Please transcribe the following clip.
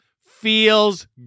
feels